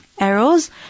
arrows